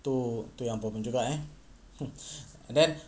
tu tu yang juga eh that